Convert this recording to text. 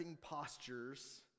postures